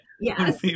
Yes